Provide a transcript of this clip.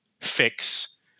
fix